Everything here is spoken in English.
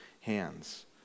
hands